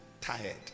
tired